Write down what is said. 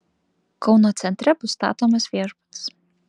kauno centre bus statomas viešbutis